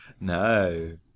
No